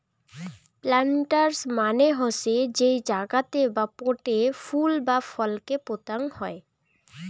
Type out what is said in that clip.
planters মানে হসে যেই জাগাতে বা পোটে ফুল বা ফল কে পোতাং হই